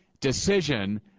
decision